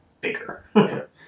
bigger